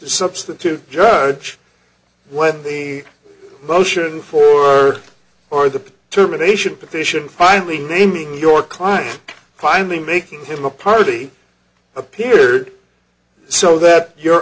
substitute judge when the motion for or the terminations petition finally naming your client finally making him a party appeared so that your